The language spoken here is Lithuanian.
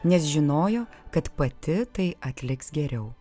nes žinojo kad pati tai atliks geriau